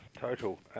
total